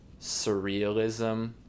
surrealism